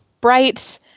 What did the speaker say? bright